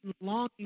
longing